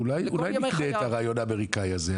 אולי נקנה את הרעיון האמריקאי הזה.